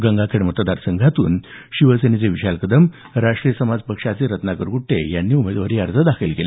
गंगाखेड मतदार संघातून शिवसेनेचे विशाल कदम राष्ट्रीय समाज पक्षाचे रत्नाकर गुट्टे यांनी उमेदवारी अर्ज दाखल केला